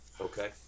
Okay